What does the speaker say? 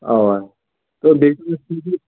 اَوا تہٕ بیٚیہِ چھُ یہِ